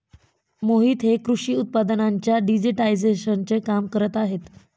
मोहित हे कृषी उत्पादनांच्या डिजिटायझेशनचे काम करत आहेत